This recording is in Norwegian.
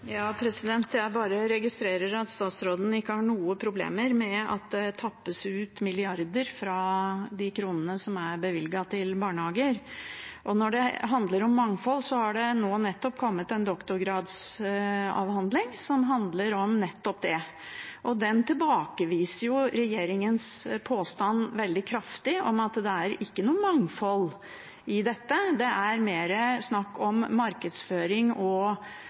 Jeg bare registrerer at statsråden ikke har noen problemer med at det tappes ut milliarder fra de kronene som er bevilget til barnehager. Når det gjelder mangfold, har det nå nettopp kommet en doktorgradsavhandling som handler om nettopp det. Den tilbakeviser regjeringens påstand veldig kraftig. Det er ikke noe mangfold i dette. Det er mer snakk om markedsføring og